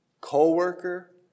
co-worker